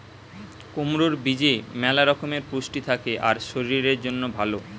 কুমড়োর বীজে ম্যালা রকমের পুষ্টি থাকে আর শরীরের জন্যে ভালো